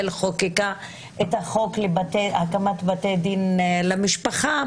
חוקקה את החוק להקמת בתי דין למשפחה,